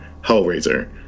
Hellraiser